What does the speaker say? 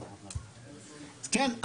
כן.